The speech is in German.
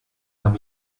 habe